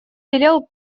велел